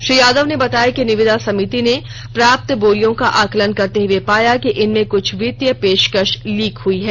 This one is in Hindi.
श्री यादव ने बताया कि निविदा समिति ने प्राप्त बोलियों का आकलन करते हुए पाया कि इनमें कुछ वित्तीय पेशकश लीक हुई है